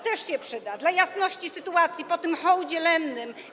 Też się przyda, dla jasności sytuacji, po tym hołdzie lennym.